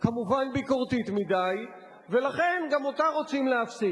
כמובן ביקורתית מדי, ולכן גם אותה רוצים להפסיק.